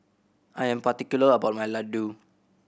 I am particular about my Ladoo